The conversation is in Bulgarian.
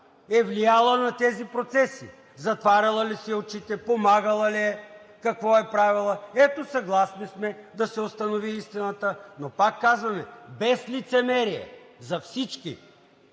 е влияла на тези процеси; затваряла ли си е очите; помагала ли е, какво е правила? Ето, съгласни сме да се установи истината, но пак казваме, без лицемерие, за всички,